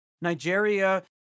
Nigeria